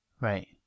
Right